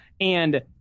And-